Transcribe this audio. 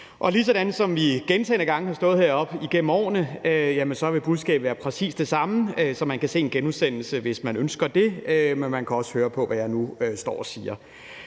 Ligesom vi gentagne gange har stået heroppe igennem årene, vil budskabet være præcis det samme, så man kan se en genudsendelse, hvis man ønsker det, men man kan også høre på, hvad jeg nu står og siger.